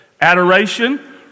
adoration